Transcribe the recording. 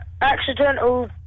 accidental